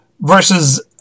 versus